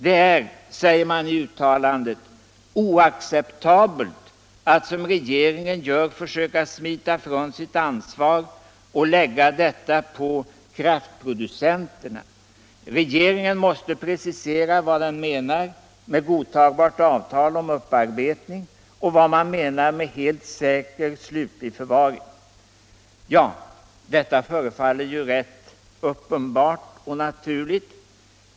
Det är, säger man i uttatandet, oacceptabelt att som regeringen gör försöka smita från sitt ansvar och lägga detta på kraftproducenterna. Regeringen måste precisera vad den menar med godtagbart avtal om upparbetning och helt säker slutlig för varing. Detta förefaller ju rätt uppenbart och naturligt.